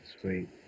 Sweet